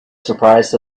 surprised